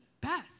best